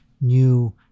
new